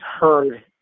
heard